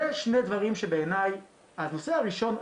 אלה שני דברים שבעיניי הנושא הראשון,